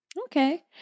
Okay